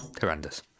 horrendous